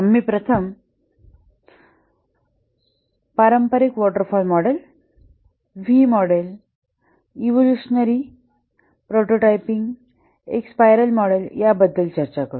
आम्ही प्रथम पारंपारिक waterfall V model evolutionary prototyping एक स्पाइरलं मॉडेल याबद्दल चर्चा करू